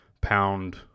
pound